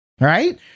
right